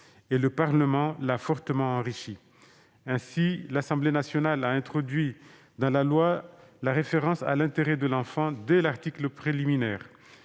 Et le Parlement l'a fortement enrichi ! Ainsi, l'Assemblée nationale a introduit dans la loi la référence à l'intérêt de l'enfant dès l'article préliminaire.